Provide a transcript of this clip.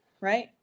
right